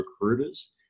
recruiters